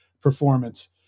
performance